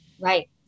right